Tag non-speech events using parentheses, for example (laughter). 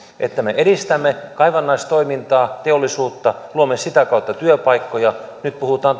että me edistämme kaivannaistoimintaa teollisuutta luomme sitä kautta työpaikkoja nyt puhutaan (unintelligible)